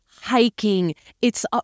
hiking—it's